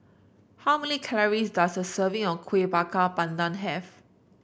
how many calories does a serving of Kueh Bakar Pandan have